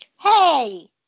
Hey